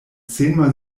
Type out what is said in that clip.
zehnmal